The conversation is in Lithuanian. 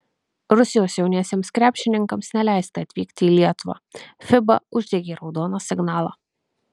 rusijos jauniesiems krepšininkams neleista atvykti į lietuvą fiba uždegė raudoną signalą